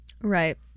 Right